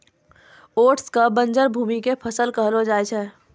oats कॅ बंजर भूमि के फसल कहलो जाय छै